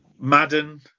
Madden